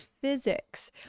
physics